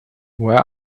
where